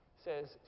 says